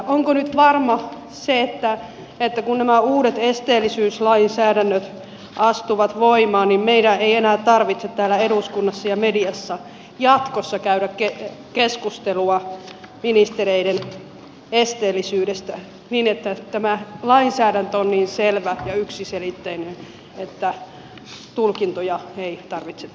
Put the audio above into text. onko nyt varma että kun nämä uudet esteellisyyslainsäädännöt astuvat voimaan niin meidän ei enää tarvitse täällä eduskunnassa ja mediassa jatkossa käydä keskustelua ministereiden esteellisyydestä niin että tämä lainsäädäntö on niin selvä ja yksiselitteinen että tulkintoja ei tarvitse tehdä